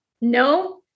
No